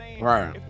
right